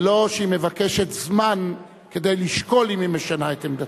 ולא שהיא מבקשת זמן כדי לשקול אם היא משנה את עמדתה,